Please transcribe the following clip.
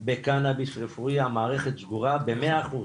בקנאביס רפואי המערכת סגורה ב-100 אחוז,